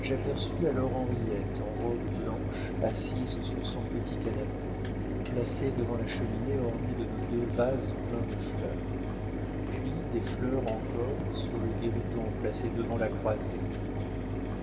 j'aperçus alors henriette en robe blanche assise sur son petit canapé placé devant la cheminée ornée de nos deux vases pleins de fleurs puis des fleurs encore sur le guéridon placé devant la croisée